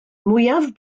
mwyaf